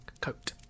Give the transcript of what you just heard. coat